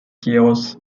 chaos